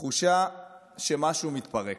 תחושה שמשהו מתפרק,